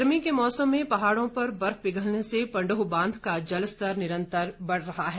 गर्मी के मौसम में पहाड़ों पर बर्फ पिघलने से पण्डोह बांध का जलस्तर निरन्तर बढ़ रहा है